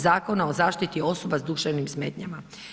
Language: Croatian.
Zakona o zaštiti osoba s duševnim smetnjama.